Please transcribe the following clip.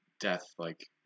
death-like